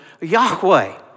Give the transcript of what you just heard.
Yahweh